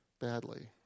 badly